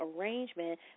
arrangement